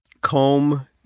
Comb